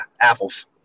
apples